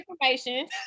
information